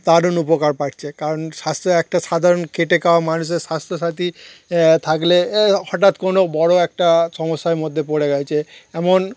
দারুণ উপকার পাচ্ছে কারণ স্বাস্থ্য একটা সাধারণ খেটে খাওয়া মানুষের স্বাস্থ্যসাথী থাকলে হঠাৎ কোনো বড় একটা সমস্যার মধ্যে পড়ে গিয়েছে এমন